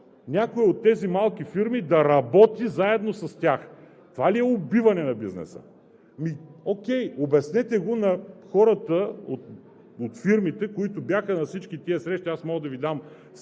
някоя от тези малки фирми да работи заедно с тях. Това ли е „убиване“ на бизнеса? Окей, обяснете го на хората от фирмите, които бяха на всички тези срещи, аз мога да Ви дам